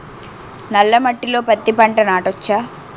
నల్ల మట్టిలో పత్తి పంట నాటచ్చా?